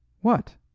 What